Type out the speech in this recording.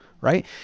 Right